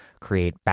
create